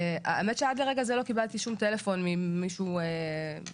האמת שעד לרגע זה לא קיבלתי שום טלפון ממישהו מוסמך,